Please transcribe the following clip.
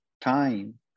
time